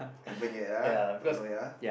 haven't yet lah don't know yet